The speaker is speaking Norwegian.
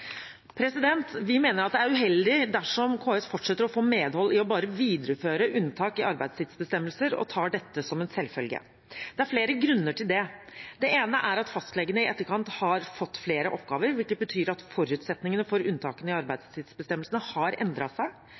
Vi mener at det er uheldig dersom KS fortsetter å få medhold i bare å videreføre unntak i arbeidstidsbestemmelser og tar dette som en selvfølge. Det er flere grunner til det. Det ene er at fastlegene i etterkant har fått flere oppgaver, hvilket betyr at forutsetningene for unntakene i arbeidstidsbestemmelsene har endret seg.